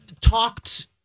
talked